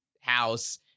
house